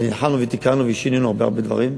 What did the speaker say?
ונלחמנו ותיקנו ושינינו הרבה הרבה דברים.